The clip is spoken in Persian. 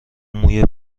موی